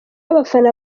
abafana